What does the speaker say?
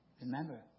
Remember